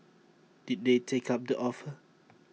did they take up the offer